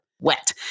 wet